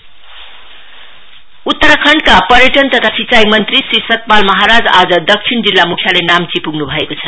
स्तपाल महाराज उतराखण्डका पर्यटन तथा सिँचाई मन्त्री श्री सतपालजी महाराज आज दक्षिण जिल्ला मुख्यालय नाम्ची प्ग्न् भएको छ